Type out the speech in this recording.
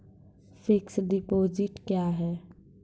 Fixed deposit क्या हैं?